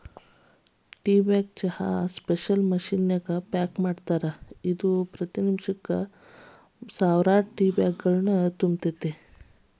tea bag ಚಹಾನ special machine ನ್ಯಾಗ pack ಮಾಡ್ತಾರ, ಇದು ಪ್ರತಿ ನಿಮಿಷಕ್ಕ ಸಾವಿರಾರು ಟೇಬ್ಯಾಗ್ಗಳನ್ನು ತುಂಬತೇತಿ